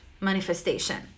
manifestation